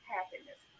Happiness